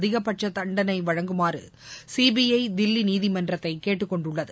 அதிகபட்ச தண்டனை வழங்குமாறு சிபிஐ தில்லி நீதிமன்றத்தை கேட்டுக் கொண்டுள்ளது